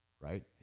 Right